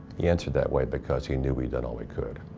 he answered that way because he knew we'd done all we could.